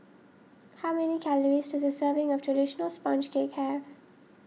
how many calories does a serving of Traditional Sponge Cake have